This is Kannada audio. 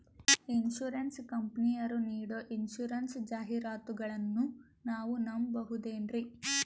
ಇನ್ಸೂರೆನ್ಸ್ ಕಂಪನಿಯರು ನೀಡೋ ಇನ್ಸೂರೆನ್ಸ್ ಜಾಹಿರಾತುಗಳನ್ನು ನಾವು ನಂಬಹುದೇನ್ರಿ?